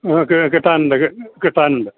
okay കിട്ടാനുണ്ട് കിട്ടാനുണ്ട്